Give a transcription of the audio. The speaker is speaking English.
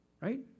right